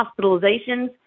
hospitalizations